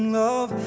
love